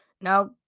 Now